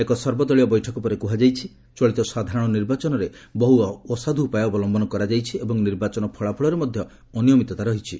ଏକ ସର୍ବଦଳୀୟ ବୈଠକ ପରେ କୁହାଯାଇଛି ଚଳିତ ସାଧାରଣ ନିର୍ବାଚନରେ ବହୁ ଅସାଧୁ ଉପାୟ ଅବଲମ୍ଭନ କରାଯାଇଛି ଏବଂ ନିର୍ବାଚନ ଫଳାଫଳରେ ମଧ୍ୟ ଅନିୟମିତତା ରହିଛି